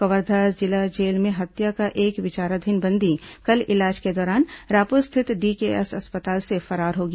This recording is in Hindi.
कवर्धा जिला जेल में हत्या का एक विचाराधीन बंदी कल इलाज के दौरान रायपुर स्थित डीकेएस अस्पताल से फरार हो गया